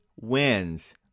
wins